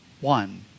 One